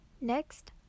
Next